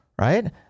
Right